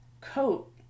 coat